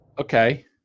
Okay